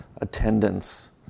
attendance